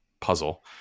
puzzle